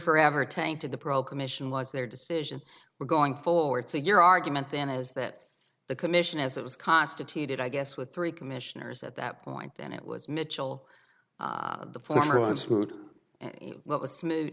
forever tainted the pro commission was their decision we're going forward so your argument then is that the commission as it was constituted i guess with three commissioners at that point then it was mitchell the former and sued and what was smooth